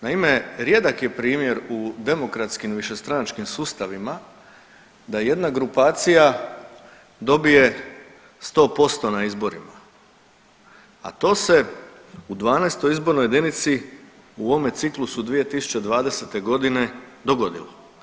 Naime, rijedak je primjer u demokratski višestranačkim sustavima da jedna grupacija dobije 100% na izborima, a to se u 12. izbornoj jedinici u ovome ciklusu 2020.g. dogodilo.